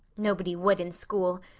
nobody would in school.